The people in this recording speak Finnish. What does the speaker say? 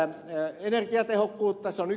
se on ykkösasia